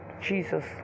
Jesus